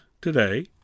today